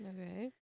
Okay